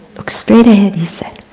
look straight ahead, he said.